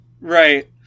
Right